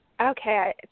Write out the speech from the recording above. Okay